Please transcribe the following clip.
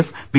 F B